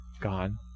gone